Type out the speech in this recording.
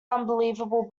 unbelievable